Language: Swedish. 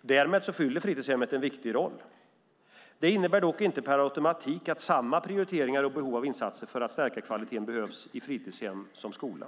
Därmed fyller fritidshemmet en viktig roll. Det innebär dock inte per automatik att samma prioriteringar och behov av insatser för att stärka kvaliteten behövs i fritidshem som i skola.